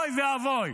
אוי ואבוי.